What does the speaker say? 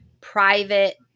private